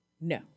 No